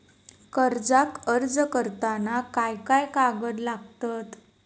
कर्जाक अर्ज करताना काय काय कागद लागतत?